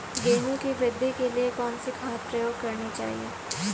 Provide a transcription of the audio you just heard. गेहूँ की वृद्धि के लिए कौनसी खाद प्रयोग करनी चाहिए?